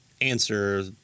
answer